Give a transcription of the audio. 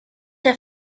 der